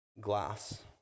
glass